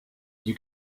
you